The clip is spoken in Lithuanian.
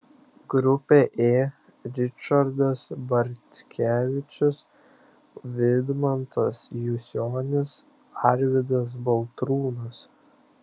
grupė ė ričardas bartkevičius vidmantas jusionis arvydas baltrūnas